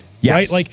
Yes